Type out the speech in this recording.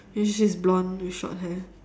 and she's blonde with short hair